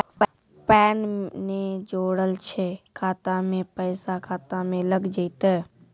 Pan ने जोड़लऽ छै खाता मे पैसा खाता मे लग जयतै?